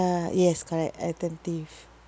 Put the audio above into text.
yes correct attentive